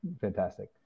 fantastic